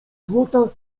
złota